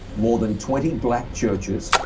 more than twenty black churches,